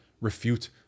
refute